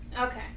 okay